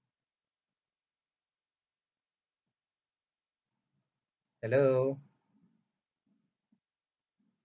hello